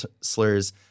slurs